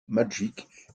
magic